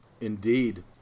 Indeed